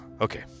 Okay